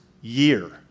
year